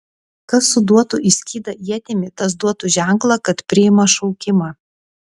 kas suduotų į skydą ietimi tas duotų ženklą kad priima šaukimą